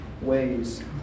ways